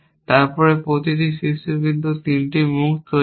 তারপর প্রতিটি শীর্ষবিন্দু 3টি মুখ তৈরি করে